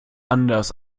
anders